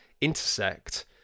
intersect